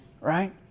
right